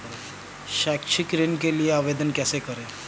शैक्षिक ऋण के लिए आवेदन कैसे करें?